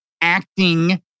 acting